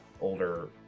older